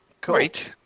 great